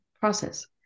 process